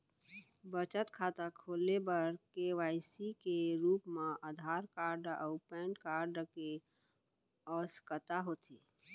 बचत खाता खोले बर के.वाइ.सी के रूप मा आधार कार्ड अऊ पैन कार्ड के आवसकता होथे